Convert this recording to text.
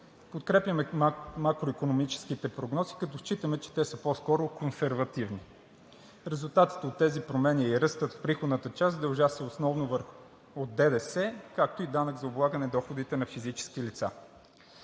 Подкрепяме макроикономическите прогнози, като считаме, че те са по-скоро консервативни. Резултатите от тези промени и ръстът в приходната част се дължат основно от ДДС, както и данък за облагане доходите на физически лица.